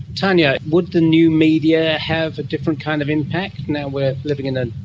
tanya, would the new media have a different kind of impact now we are living in a